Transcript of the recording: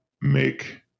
make